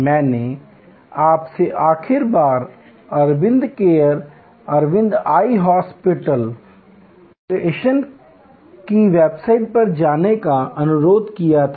मैंने आपसे आखिरी बार Aravind eye care Aravind eye hospital foundation की वेबसाइट पर जाने का अनुरोध किया था